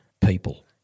people